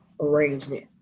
arrangement